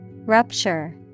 Rupture